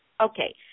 Okay